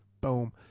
Boom